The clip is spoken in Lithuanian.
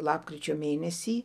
lapkričio mėnesį